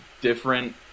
different